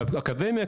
והאקדמיה,